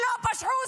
שלא פשעו,